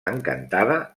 encantada